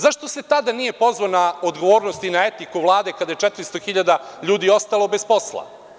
Zašto se tada nije pozvao na odgovornost i na etiku Vlade, kada je 400 hiljada ljudi ostalo bez posla?